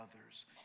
others